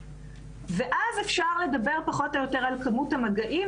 אז אפשר לדבר פחות או יותר על כמות המגעים.